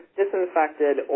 disinfected